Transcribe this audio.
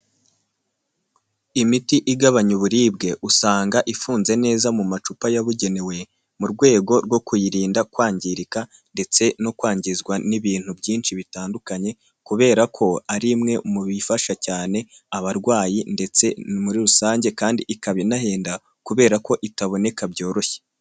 Imiti igabanya uburibwe usanga ifunze neza mu macupa yabugenewe mu rwego rwo kuyirinda kwangirika ndetse no kwangizwa n'ibintu byinshi bitandukanye kubera ko ari imwe mu bifasha cyane abarwayi ndetse muri rusange kandi ikaba inahenda kubera ko itaboneka byoroshye.